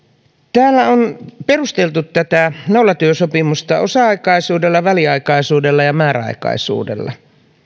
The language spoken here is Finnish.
täällä on perusteltu tätä nollatyösopimusta osa aikaisuudella väliaikaisuudella ja määräaikaisuudella